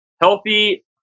healthy